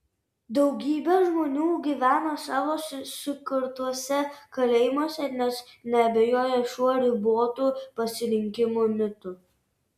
daugybė žmonių gyvena savo susikurtuose kalėjimuose nes neabejoja šiuo ribotų pasirinkimų mitu